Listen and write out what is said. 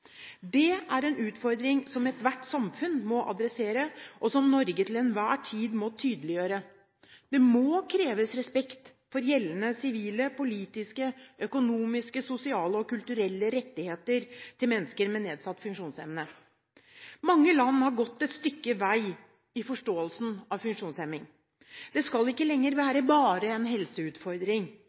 Det er en utfordring som ethvert samfunn må adressere, og som Norge til enhver tid må tydeliggjøre. Det må kreves respekt for gjeldende sivile, politiske, økonomiske, sosiale og kulturelle rettigheter til mennesker med nedsatt funksjonsevne. Mange land har gått et stykke vei i forståelsen av funksjonshemming. Det skal ikke lenger være «bare» en helseutfordring.